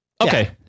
Okay